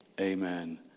Amen